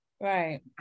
right